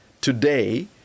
today